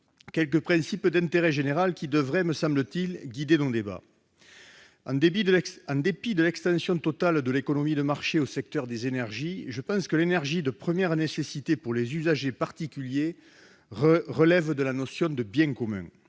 Quelques principes d'intérêt général devraient, me semble-t-il, guider nos débats. En dépit de l'extension totale de l'économie de marché au secteur des énergies, je pense que l'énergie de première nécessité pour les particuliers relève de la notion de bien commun.